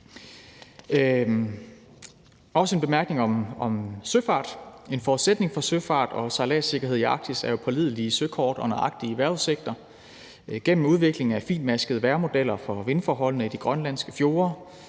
En forudsætning for søfart og sejladssikkerhed i Arktis er pålidelige søkort og nøjagtige vejrudsigter. Gennem udviklingen af finmaskede vejrmodeller for vindforholdene i de grønlandske fjorde